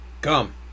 Come